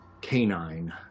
canine